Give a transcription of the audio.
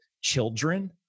children